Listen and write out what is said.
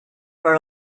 for